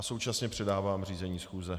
Současně předávám řízení schůze.